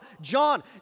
John